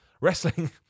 wrestling